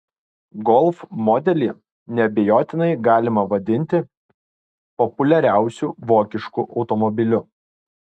golf modelį neabejotinai galima vadinti populiariausiu vokišku automobiliu